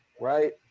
right